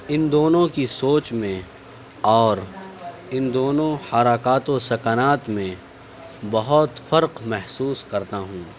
ان دونوں کی سوچ میں اور ان دونوں حرکات و سکنات میں بہت فرق محسوس کرتا ہوں